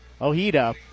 Ojeda